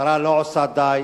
המשטרה לא עושה די.